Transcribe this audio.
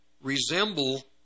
resemble